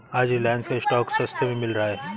आज रिलायंस का स्टॉक सस्ते में मिल रहा है